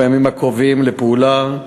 בימים הקרובים לפעולה,